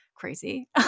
crazy